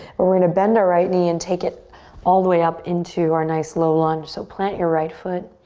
we're we're gonna bend our right knee and take it all the way up into our nice low lunge. so plant your right foot.